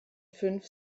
fünf